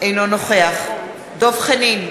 אינו נוכח דב חנין,